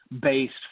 based